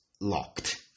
locked